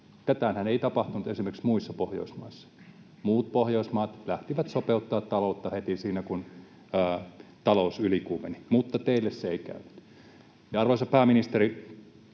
Tätähän ei tapahtunut esimerkiksi muissa Pohjoismaissa. Muut Pohjoismaat lähtivät sopeuttamaan taloutta heti siinä, kun talous ylikuumeni, mutta teille se ei käynyt. Ja, arvoisa pääministeri,